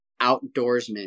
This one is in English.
outdoorsman